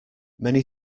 many